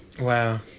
Wow